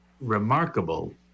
remarkable